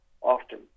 often